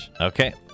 Okay